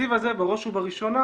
התקציב הזה, בראש ובראשונה,